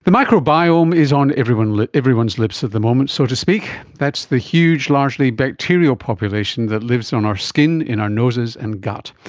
the microbiome is on everyone's lips everyone's lips at the moment, so to speak. that's the huge largely bacterial population that lives on our skin, in our noses and gut.